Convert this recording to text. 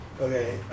Okay